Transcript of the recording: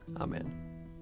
Amen